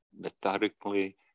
methodically